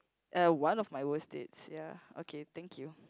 uh one of my worst dates ya okay thank you